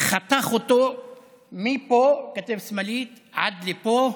חתך אותו מפה, כתף שמאלית, עד לפה,